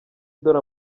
dore